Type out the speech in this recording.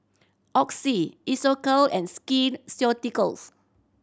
Oxy Isocal and Skin Ceuticals